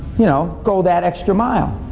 you know, go that extra mile.